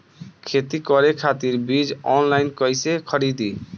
खेती करे खातिर बीज ऑनलाइन कइसे खरीदी?